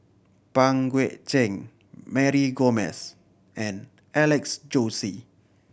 Pang Guek Cheng Mary Gomes and Alex Josey